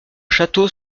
château